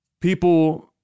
people